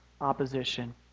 opposition